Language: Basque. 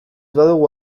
badugu